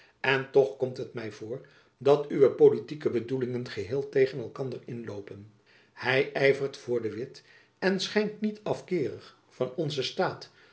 en toch komt het my voor dat uwe politieke bedoelingen geheel tegen elkander inloopen hy yvert voor de witt en schijnt niet afkeerig van onzen staat